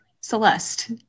Celeste